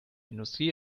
industrie